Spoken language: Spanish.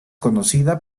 conocida